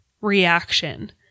reaction